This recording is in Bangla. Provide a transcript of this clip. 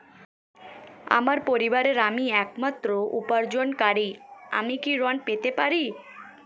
আমার পরিবারের আমি একমাত্র উপার্জনকারী আমি কি ঋণ পেতে পারি?